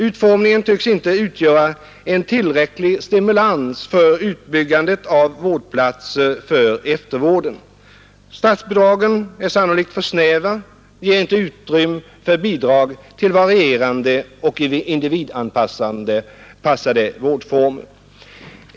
Utformningen tycks inte utgöra tillräcklig stimulans för utbyggandet av vårdplatser för eftervård. Statsbidragen är sannolikt för snäva och ger inte utrymme för bidrag till varierade och individanpassade vårdformer.